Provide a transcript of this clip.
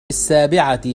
السابعة